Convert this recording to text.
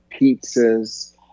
pizzas